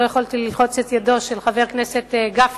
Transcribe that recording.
לא יכולתי ללחוץ את ידו של חבר הכנסת גפני,